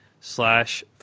slash